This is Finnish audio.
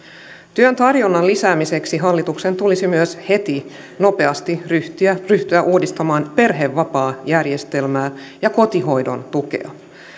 työn tarjonnan lisäämiseksi hallituksen tulisi myös heti nopeasti ryhtyä ryhtyä uudistamaan perhevapaajärjestelmää ja kotihoidon tukea